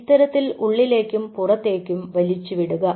ഇത്തരത്തിൽ ഉള്ളിലേക്കും പുറത്തേക്കും വലിച്ചു വിടുക